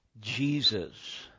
Jesus